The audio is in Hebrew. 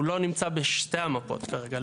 הוא לא נמצא בשתי המפות כרגע,